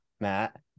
Matt